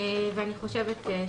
ואני חושבת שזהו.